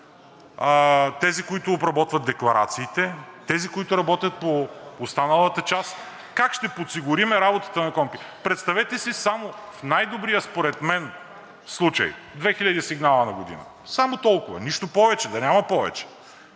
тези, които обработват декларациите; тези, които работят по останалата част? Как ще подсигурим работата на КПКОНПИ? Представете си само в най-добрия според мен случай – 2000 сигнала на година, само толкова, нищо повече, да няма повече,